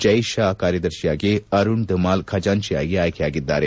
ಜೈ ಶಾ ಕಾರ್ಯದರ್ಶಿಯಾಗಿ ಅರುಣ್ ದುಮಾಲ್ ಖಜಾಂಜಿಯಾಗಿ ಆಯ್ಲೆ ಯಾಗಿದ್ದಾರೆ